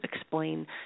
explain